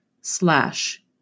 slash